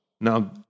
Now